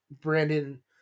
Brandon